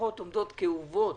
המשפחות עומדות כאובות.